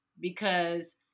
because-